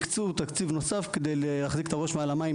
הקצו תקציב נוסף כדי להחזיק את הראש מעל המים,